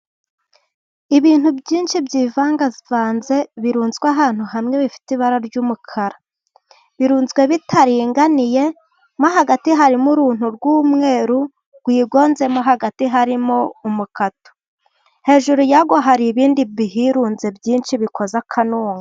Ibintu byinshi byivangavanze, birunzwe ahantu hamwe bifite ibara ry'umukara. Birunzwe bitaringaniye, mo hagati harimo uruntu rw'umweru rwigonzemo, hagati harimo umukato. Hejuru yarwo hari ibindi bihirunze byinshi bikoze akanunga.